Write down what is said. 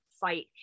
fight